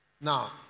Now